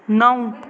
نَو